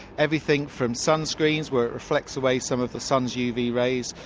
everything from sunscreen where it reflects away some of the sun's uv rays,